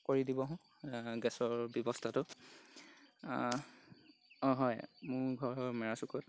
কৰি দিবহোঁ গেছৰ ব্যৱস্থাটো অঁ হয় মোৰ ঘৰৰ মেৰাচুকত